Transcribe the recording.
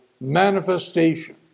manifestation